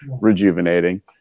rejuvenating